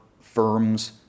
firms